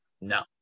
no